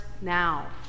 now